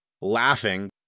laughing